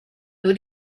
who